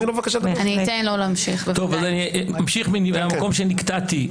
אני אמשיך מהמקום שנקטעתי.